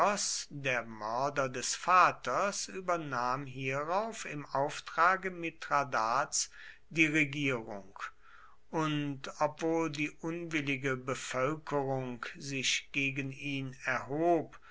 der mörder des vaters übernahm hierauf im auftrage mithradats die regierung und obwohl die unwillige bevölkerung sich gegen ihn erhob